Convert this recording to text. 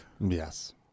Yes